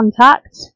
contact